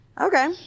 Okay